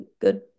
good